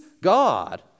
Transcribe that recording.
God